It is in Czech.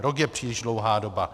Rok je příliš dlouhá doba.